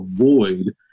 avoid